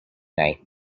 night